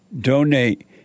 donate